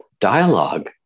dialogue